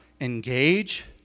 engage